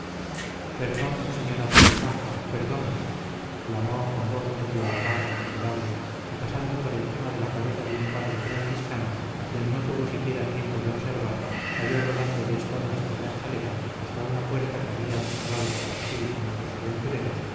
perdón señora zelindaja perdón clamó con voz medio ahogada el miserable y pasando por encima de la cabeza de un padre francisco a quien no tuvo siquiera tiempo de observar cayó rodando de espaldas por la escalera hasta una puerta que habían cerrado tras sí nuestros aventureros